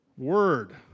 word